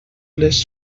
les